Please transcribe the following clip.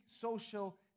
social